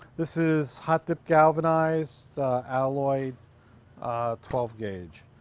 this is hot dip galvanized alloy twelve gauge.